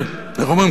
איך אומרים,